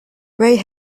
grey